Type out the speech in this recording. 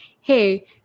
hey